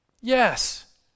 Yes